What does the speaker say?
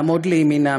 לעמוד לימינם.